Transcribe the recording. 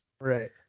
Right